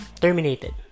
terminated